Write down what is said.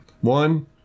One